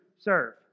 serve